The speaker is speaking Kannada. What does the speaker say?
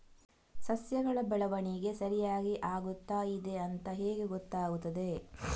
ಸಸ್ಯಗಳ ಬೆಳವಣಿಗೆ ಸರಿಯಾಗಿ ಆಗುತ್ತಾ ಇದೆ ಅಂತ ಹೇಗೆ ಗೊತ್ತಾಗುತ್ತದೆ?